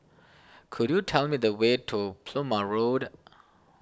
could you tell me the way to Plumer Road